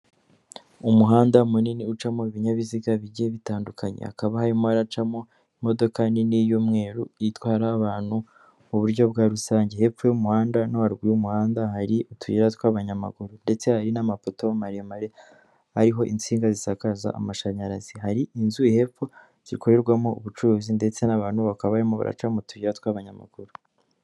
Umuhanda munini ucamo ibinyabiziga bigiye bitandukanye hakaba harimo hacamo imodoka nini y'umweru itwara abantu mu buryo bwa rusange hepfo umuhanda no haruguru y'umuhanda hari utuyira tw'abanyamaguru ndetse hari n'amapoto maremare ariho itsinga zisakaza amashanyarazi ,hari inzu hepfo zikorerwamo ubucuruzi ndetse n'abantu bakaba barimo baraca mu tuyira tw'abanyamaguru.